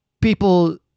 people